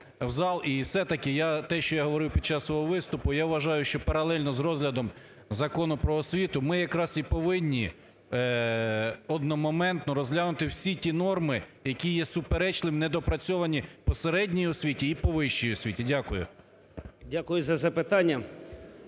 зал? І все-таки я, те, що я говорив під час свого виступу, я вважаю, що паралельно з розглядом Закону про освіту ми якраз і повинні одномоментно розглянути всі ті норми, які є суперечливим, не доопрацьовані по середній освіті і по вищій освіті.. Дякую.